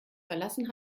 verlassen